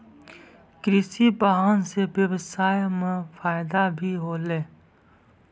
कृषि वाहन सें ब्यबसाय म फायदा भी होलै